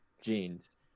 jeans